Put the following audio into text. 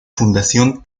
fundación